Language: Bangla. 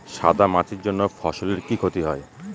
সাদা মাছির জন্য ফসলের কি ক্ষতি হয়?